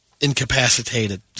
Incapacitated